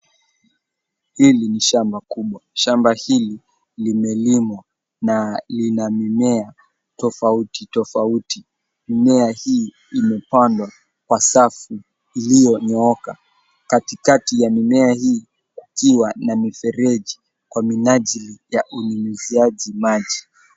Hili ni shamba kubwa. Shamba hili limelimwa na lina mimea tofauti tofauti. Mimea hii imepandwa kwa safu iliyo nyooka. Katikati ya mimea hii ikiwa ina mifereji kwa minajili ya unyunyuziaji maji.